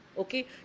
okay